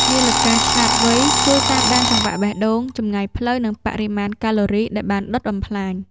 នាឡិកាឆ្លាតវៃ ជួយតាមដានចង្វាក់បេះដូង ចម្ងាយផ្លូវ និងបរិមាណកាឡូរីដែលបានដុតបំផ្លាញ។